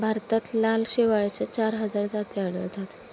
भारतात लाल शेवाळाच्या चार हजार जाती आढळतात